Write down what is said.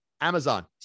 Amazon